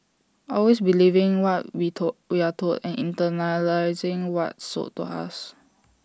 always believing what we told we are told and internalising what's sold to us